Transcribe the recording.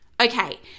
Okay